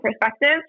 perspective